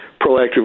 proactively